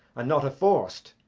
and not a forc'd.